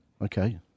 Okay